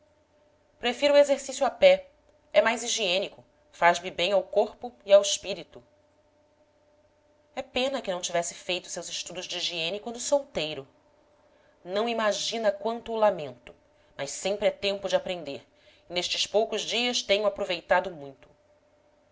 prefiro o exercício a pé é mais higiênico faz-me bem ao corpo e ao espírito é pena que não tivesse feito seus estudos de higiene quando solteiro não imagina quanto o lamento mas sempre é tempo de aprender e nestes poucos dias tenho aproveitado muito